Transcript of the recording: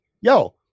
yo